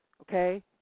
Okay